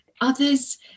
Others